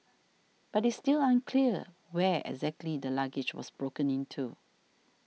but it's still unclear where exactly the luggage was broken into